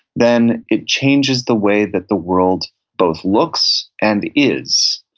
then it changes the way that the world both looks and is,